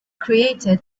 created